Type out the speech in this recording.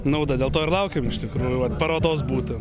nauda dėl to ir laukėm iš tikrųjų vat parodos būtent